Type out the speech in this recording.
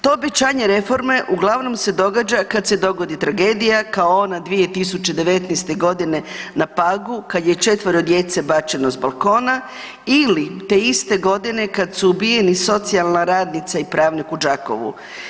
To obećanje reforme uglavnom se događa kad se dogodi tragedija kao ona 2019. godine na Pagu kad je četvero djece bačeno s balkona ili te iste godine kad su ubijeni socijalna radnica i pravnik u Đakovu.